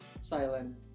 silent